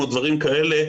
או דברים כאלה,